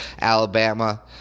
Alabama